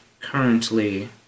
currently